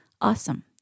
awesome